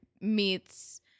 meets